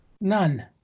None